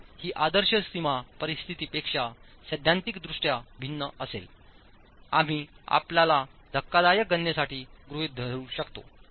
अर्थात ही आदर्श सीमा परिस्थितीपेक्षा सैद्धांतिकदृष्ट्या भिन्न असेल आम्ही आपल्या धक्कादायक गणनेसाठी गृहित धरू शकतो